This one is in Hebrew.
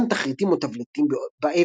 רובן תחריטים או תבליטים באבן